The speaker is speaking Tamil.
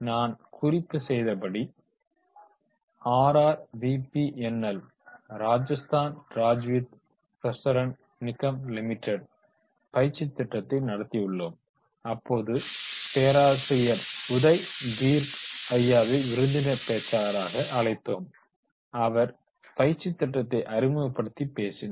நான் குறிப்பு செய்தபடி ராஜஸ்தான் ராஜ்யவித்யுத் பிரசரன் நிகம் லிமிடெட் பயிற்சி திட்டத்தை நடத்தியுள்ளோம் அப்போது பேராசிரியர் உதய் பீர்க ஐயாவை விருந்தினர் பேச்சாளராக அழைத்தோம் அவர் பயிற்சி திட்டத்தை அறிமுகப்படுத்தி பேசினார்